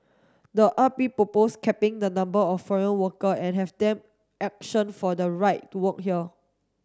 the R P proposed capping the number of foreign worker and have them for the right to work here